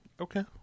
Okay